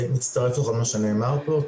מצטרף לכל מה שנאמר פה.